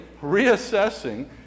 reassessing